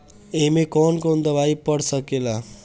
ए में कौन कौन दवाई पढ़ सके ला?